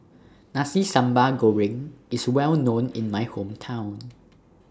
Nasi Sambal Goreng IS Well known in My Hometown